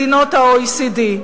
מדינות ה-OECD.